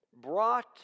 brought